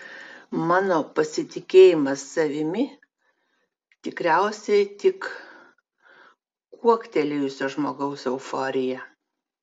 mano pasitikėjimas savimi tikriausiai tik kuoktelėjusio žmogaus euforija